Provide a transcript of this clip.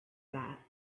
that